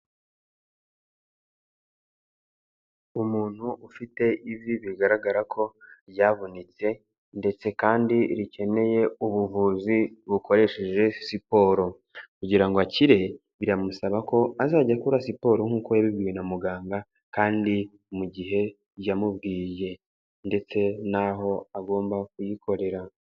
Umuntu ufite ivi bigaragara ko ryavunitse ndetse kandi rikeneye ubuvuzi bukoresheje siporo. Kugira ngo akire biramusaba ko azajya akora siporo nk'uko yabibwiwe na muganga kandi mu gihe yamubwiye ndetse n'aho agomba kuyikorera.